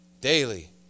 daily